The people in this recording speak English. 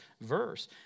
verse